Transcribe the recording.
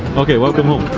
okay, welcome home.